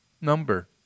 number